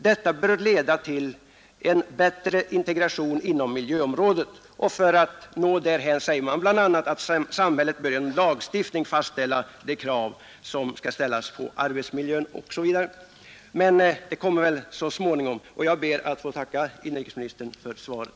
Detta bör leda till en bättre integration inom miljöområdet.” För att nå därhän säger man bl.a. att samhället bör genom lagstiftning fastställa de krav som skall ställas på arbetsmiljön. Detta kommer väl så småningom. Jag ber att få tacka inrikesministern för svaret.